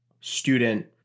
student